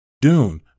Dune